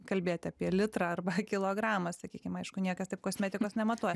kalbėt apie litrą arba kilogramą sakykim aišku niekas taip kosmetikos nematuoja